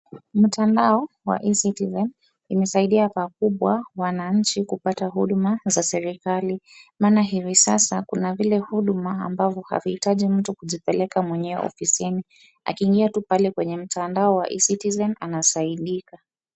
Mtandao wa eCitizen imesaidia pakubwa wananchi kupata huduma za serikali. Maana hivi sasa kuna vile huduma ambavyo havihitaji mtu kujipeleka mwenyewe ofisini. Akiingia tu pale kwenye mtandao wa eCitizen , anasaidika.